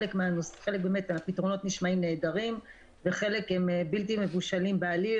חלק מהפתרונות באמת נשמעים נהדרים וחלק הם בלתי מבושלים בעליל,